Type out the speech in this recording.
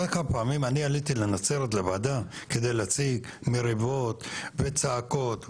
אני מתכבד לפתוח את ישיבת הוועדה לפיתוח היישובים הדרוזים והצ'רקסים,